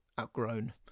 outgrown